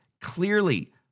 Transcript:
clearly